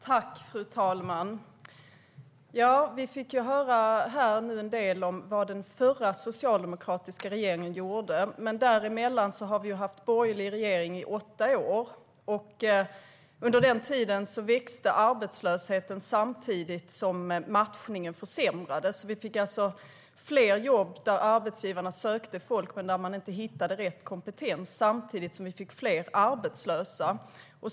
Fru talman! Vi fick nu höra en del om vad den förra socialdemokratiska regeringen gjorde. Men däremellan har vi haft borgerlig regering i åtta år. Under den tiden växte arbetslösheten samtidigt som matchningen försämrades. Vi fick alltså fler jobb som arbetsgivarna sökte folk till men där de inte hittade rätt kompetens. Samtidigt fick vi fler arbetslösa.